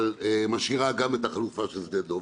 אבל משאירה גם את החלופה של שדה דב.